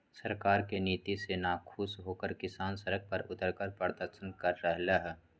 सरकार के नीति से नाखुश होकर किसान सड़क पर उतरकर प्रदर्शन कर रहले है